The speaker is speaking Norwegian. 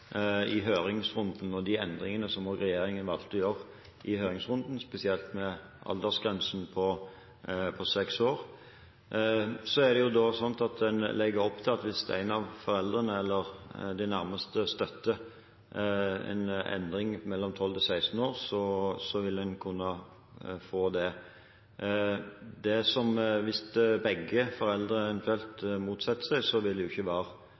gjennom høringsrunden og de endringene som regjeringen valgte å gjøre i forbindelse med høringsrunden, spesielt med aldergrensen på 6 år. En legger opp til at hvis en av foreldrene eller en av de nærmeste støtter en endring i alderen 12–16 år, vil en kunne få det. Hvis eventuelt begge foreldrene motsetter seg, vil det ikke være